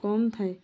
କମ ଥାଏ